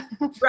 Right